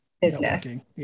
Business